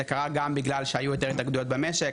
זה קרה בגלל שהיו יותר התאגדויות במשק,